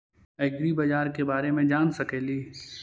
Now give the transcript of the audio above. ऐग्रिबाजार के बारे मे जान सकेली?